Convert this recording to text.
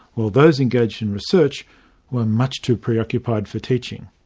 while those engaged in research were much too preoccupied for teaching.